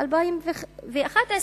ב-2011,